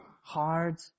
hard